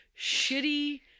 shitty